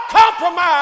compromise